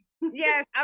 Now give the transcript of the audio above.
Yes